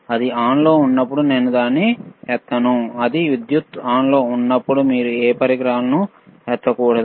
అది ఆన్లో ఉన్నప్పుడు నేను దాన్ని ఎత్తాను అది విద్యుత్తు ఆన్లో ఉన్నప్పుడు మీరు ఏ పరికరాలను ఎత్తకూడదు